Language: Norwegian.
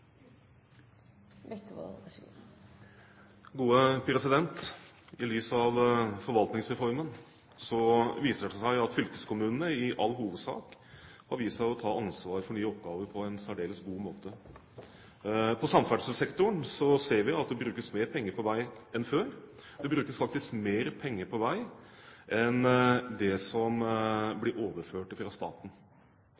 I lys av Forvaltningsreformen viser det seg at fylkeskommunene i all hovedsak tar ansvar for nye oppgaver på en særdeles god måte. På samferdselssektoren ser vi at det brukes mer penger på vei enn før. Det brukes faktisk mer penger på vei enn det som